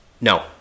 No